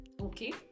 okay